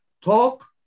talk